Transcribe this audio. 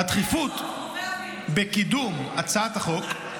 הדחיפות בקידום הצעת החוק,